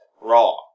Raw